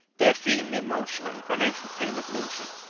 they are feeling the emotional and financial pain of losing.